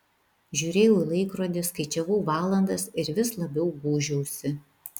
žiūrėjau į laikrodį skaičiavau valandas ir vis labiau gūžiausi